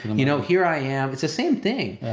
you know here i am, it's the same thing.